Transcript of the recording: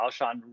Alshon